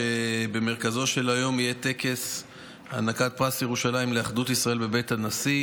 במרכזו של היום יהיה טקס הענקת פרס ירושלים לאחדות ישראל בבית הנשיא